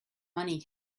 money